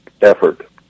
effort